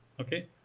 okay